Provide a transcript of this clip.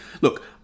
Look